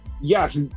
Yes